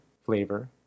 flavor